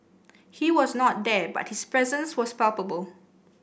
he was not there but his presence was palpable